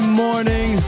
morning